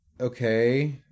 okay